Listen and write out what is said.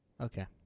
Okay